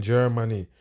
Germany